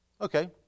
Okay